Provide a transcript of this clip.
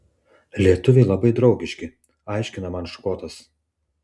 lietuviai labai draugiški aiškina man škotas